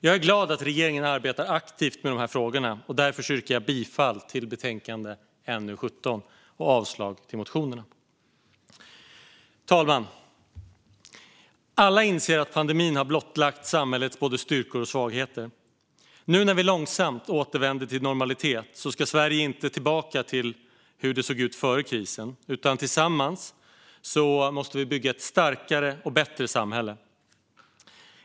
Jag är glad att regeringen arbetar aktivt med de här frågorna. Därför yrkar jag bifall till förslaget i betänkande NU17 och avslag på motionerna. Fru talman! Alla inser att pandemin har blottlagt samhällets både styrkor och svagheter. Nu när vi långsamt återvänder till normalitet ska Sverige inte tillbaka till hur det såg ut före krisen, utan tillsammans måste vi bygga ett starkare och bättre samhälle.